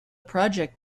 project